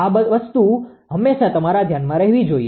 આ વસ્તુ હંમેશાં તમારા ધ્યાનમાં રહેવી જોઈએ